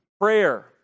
prayer